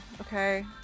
Okay